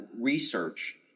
research